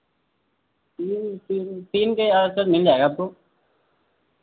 जी फिर तीन के आस पास मिल जाएगा आपको